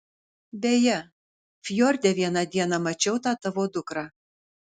beje fjorde vieną dieną mačiau tą tavo dukrą